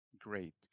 Great